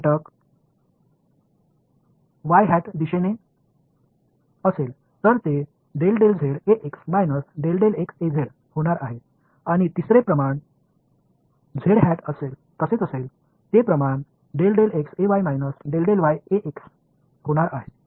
पुढील घटक दिशेने असेल तर ते होणार आहे आणि तिसरे प्रमाण तसेच असेल ते प्रमाण होणार आहे